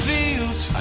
Fields